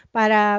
para